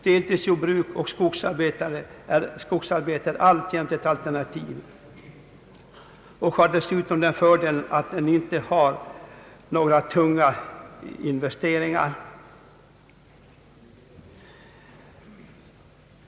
Deltidsjordbruk och skogsarbete är alltjämt ett alternativ och har dessutom fördelen att inte ha några tunga investeringar.